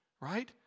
right